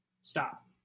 stop